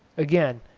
again,